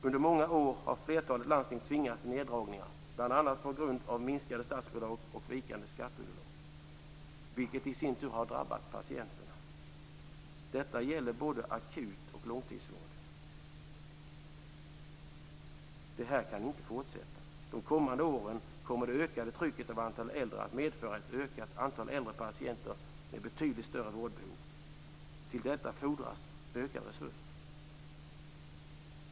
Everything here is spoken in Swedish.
Under många år har flertalet landsting tvingats till neddragningar, bl.a. på grund av minskade statsbidrag och vikande skatteunderlag, vilket i sin tur har drabbat patienterna. Detta gäller både akut och långtidsvård. Detta får inte fortsätta. De kommande åren kommer det ökande trycket av antalet äldre att medföra ett ökat antal äldre patienter med betydligt större vårdbehov. Till detta fordras ökade resurser.